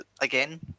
again